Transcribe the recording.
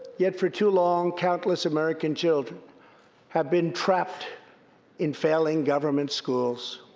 yet, for too long, countless american children have been trapped in failing government schools.